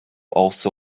also